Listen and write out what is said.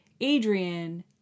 Adrian